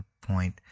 point